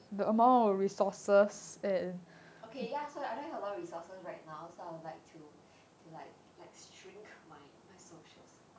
okay ya so I don't have a lot resources right now so I would like to to like like shrink my social circle